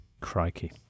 Crikey